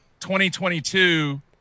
2022